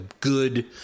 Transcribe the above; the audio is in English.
good